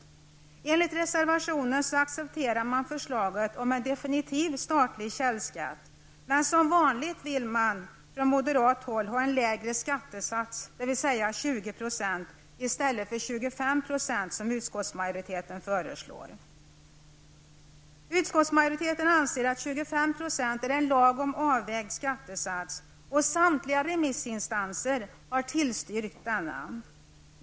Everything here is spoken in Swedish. Enligt reservationen accepterar man förslaget om en definitiv statlig källskatt, men som vanligt vill man från moderat håll ha en lägre skattesats, dvs. 20 % i stället för 25 % som utskottsmajoriteten föreslår. Utskottsmajoriteten anser att 25 % är en lagom avvägd skattesats, och samtliga remissinstanser har tillstyrkt denna.